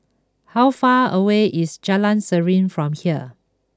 how far away is Jalan Serene from here